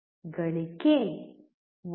ಗಳಿಕೆ 1